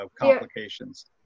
complications